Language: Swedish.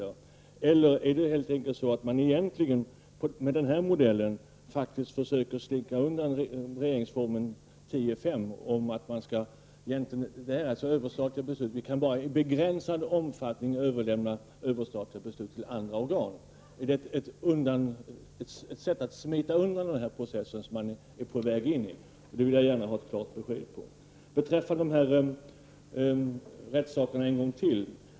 Eller är det helt enkelt så att man med denna modell försöker slinka undan från regeringsformens 10 kap. S§, där det står att överstatliga beslut bara i begränsad omfattning kan överlämnas till andra organ? Är det ett sätt att smita undan den här processen som man är på väg in i? Jag vill gärna ha ett klart besked om detta. Jag återkommer till rättsfrågorna en gång till.